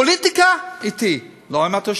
פוליטיקה, אתי, לא עם התושבים.